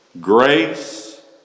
Grace